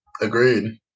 agreed